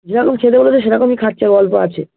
যেরকম খেতে বলেছে সেরকমই খাচ্ছি আর অল্প আছে